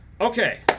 Okay